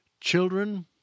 children